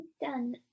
done